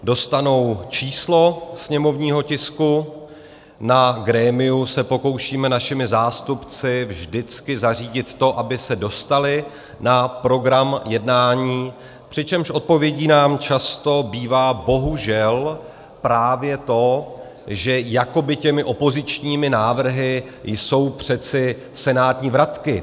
Dostanou číslo sněmovního tisku, na grémiu se pokoušíme našimi zástupci vždycky zařídit to, aby se dostaly na program jednání, přičemž odpovědí nám často bývá bohužel právě to, že jakoby těmi opozičními návrhy jsou přece senátní vratky.